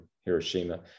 Hiroshima